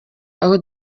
aho